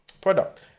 product